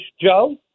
Joe